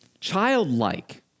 childlike